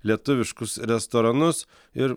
lietuviškus restoranus ir